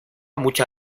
mucha